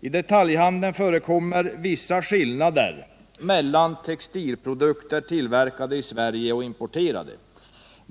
I detaljhandeln förekommer vissa skillnader mellan textilprodukter tillverkade i Sverige och importerade.